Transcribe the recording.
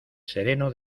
sereno